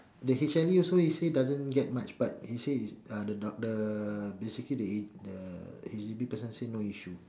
the H_L_E also he say doesn't get much but he say is uh the doc~ the basically the ag~ the H_D_B person say no issue